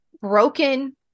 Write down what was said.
broken